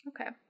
Okay